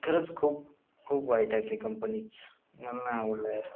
खरंच खूप खूप वाईट आए ते कंपनीच मला नाही आवडलं यार